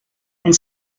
and